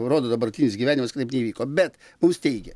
rodo dabartinis gyvenimas kad taip neįvyko bet mums teigė